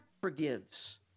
forgives